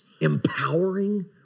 empowering